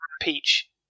Peach